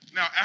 Now